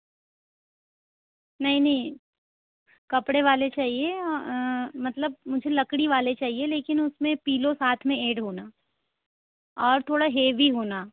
नहीं नहीं कपडे वाले चाहिए मतलब मुझे लकड़ी वाले चाहिए लेकिन उसमें पिल्लो साथ में ऐड होना और थोड़ा हैवी होना